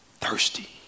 Thirsty